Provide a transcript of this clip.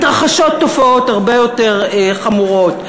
מתרחשות תופעות הרבה יותר חמורות.